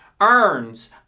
earns